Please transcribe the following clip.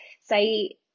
say